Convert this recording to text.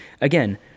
again